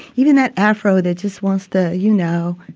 even that afro that just wants to, you know,